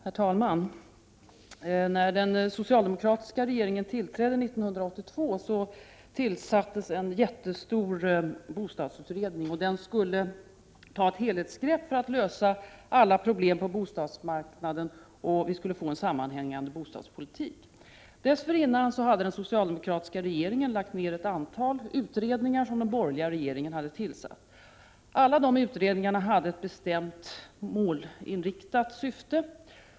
Herr talman! När den socialdemokratiska regeringen tillträdde 1982 tillsattes en jättestor bostadsutredning. Den skulle ta ett helhetsgrepp för att lösa alla problem på bostadsmarknaden, så att vi skulle få en sammanhängande bostadspolitik. Dessförinnan hade den socialdemokratiska regeringen lagt ned ett antal utredningar som tillsatts av den borgerliga regeringen. Alla dessa utredningar hade ett bestämt, målinriktat syfte.